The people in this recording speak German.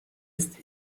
ist